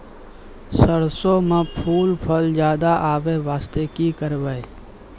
सरसों म फूल फल ज्यादा आबै बास्ते कि करबै?